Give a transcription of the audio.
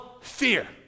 fear